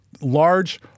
large